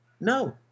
no